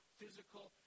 physical